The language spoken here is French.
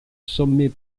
sommet